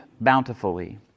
bountifully